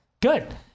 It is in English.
good